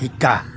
শিকা